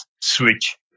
switch